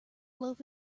loaf